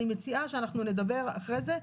אני מציעה שאנחנו נדבר אחרי זה,